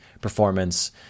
performance